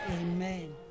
Amen